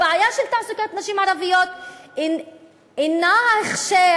הבעיה של תעסוקת נשים ערביות אינה ההכשרה